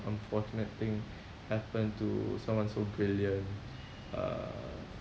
unfortunate thing happen to someone so brilliant uh